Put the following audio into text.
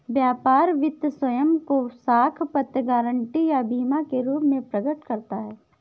व्यापार वित्त स्वयं को साख पत्र, गारंटी या बीमा के रूप में प्रकट करता है